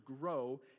grow